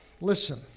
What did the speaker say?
listen